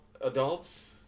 Adults